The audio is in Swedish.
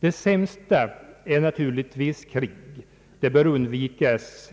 Det sämsta förhållandet är naturligtvis krig, och det bör undvikas